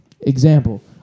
example